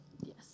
Yes